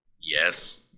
yes